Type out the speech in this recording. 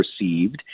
received